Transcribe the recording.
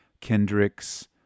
Kendrick's